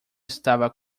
estava